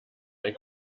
ein